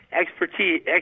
Expertise